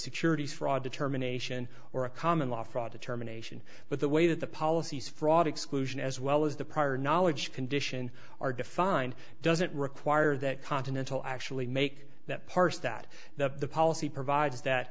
securities fraud determination or a common law fraud determination but the way that the policies fraud exclusion as well as the prior knowledge condition are defined doesn't require that continental actually make that parse that the policy provides that